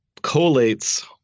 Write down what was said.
collates